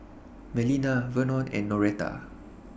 Melina Vernon and Noretta